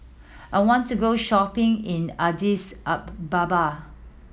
I want to go shopping in Addis Ababa